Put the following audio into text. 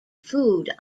food